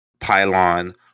Pylon